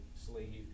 sleeve